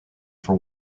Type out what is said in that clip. for